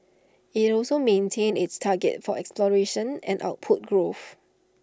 IT also maintained its targets for exploration and output growth